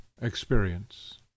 Experience